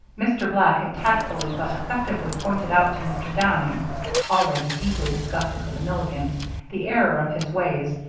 mr. black had tactfully but effectively pointed out to mr. downing already deeply disgusted with the milligans the error of his ways,